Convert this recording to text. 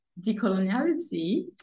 decoloniality